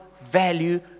value